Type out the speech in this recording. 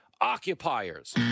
occupiers